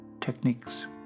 techniques